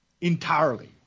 entirely